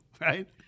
right